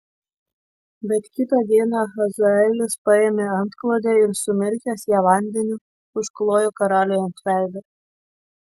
bet kitą dieną hazaelis paėmė antklodę ir sumirkęs ją vandeniu užklojo karaliui ant veido